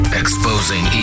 exposing